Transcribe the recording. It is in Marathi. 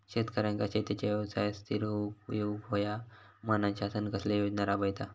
शेतकऱ्यांका शेतीच्या व्यवसायात स्थिर होवुक येऊक होया म्हणान शासन कसले योजना राबयता?